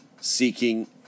seeking